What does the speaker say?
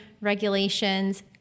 regulations